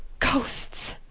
ghosts!